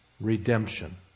Redemption